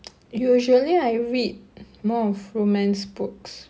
usually I read more of romance books